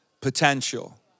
potential